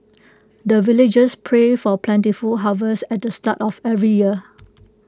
the villagers pray for plentiful harvest at the start of every year